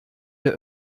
der